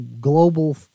global